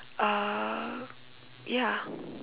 uh ya